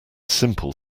simple